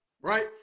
right